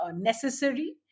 necessary